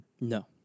No